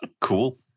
cool